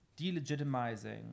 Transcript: delegitimizing